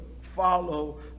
follow